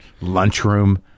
lunchroom